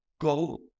go